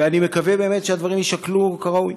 ואני באמת מקווה שהדברים יישקלו כראוי.